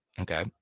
Okay